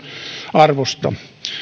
arvosta